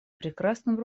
прекрасным